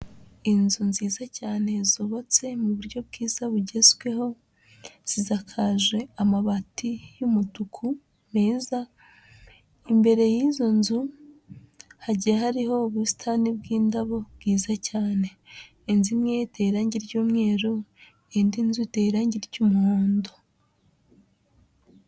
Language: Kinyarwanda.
Inzu nziza cyane zubatse mu buryo bwiza bugezweho, zisakaje amabati y'umutuku meza, imbere y'izo nzu hagiye hariho ubusitani bw'indabo bwiza cyane, inzu imwe iteye irangi ry'umweru indi nzu iteye irangi ry'umuhondo.